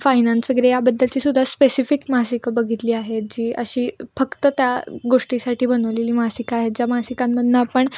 finance वगैरे याबद्दलची सुद्धा स्पेसिफिक मासिकं बघितली आहेत जी अशी फक्त त्या गोष्टीसाठी बनवलेली मासिक आहेत ज्या मासिकांमधून आपण